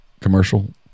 commercial